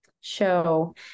show